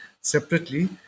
separately